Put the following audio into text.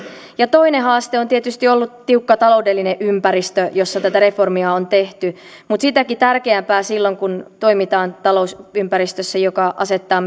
toinen haaste on tietysti ollut tiukka taloudellinen ympäristö jossa tätä reformia on tehty mutta sitäkin tärkeämpää silloin kun toimitaan talousympäristössä joka asettaa